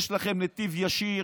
יש לכם נתיב ישיר